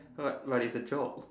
but but it's a job